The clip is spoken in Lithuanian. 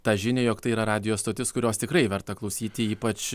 tą žinią jog tai yra radijo stotis kurios tikrai verta klausyti ypač